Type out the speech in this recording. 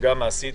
וגם מעשית,